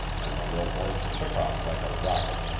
and the rohorse took off like a rocket.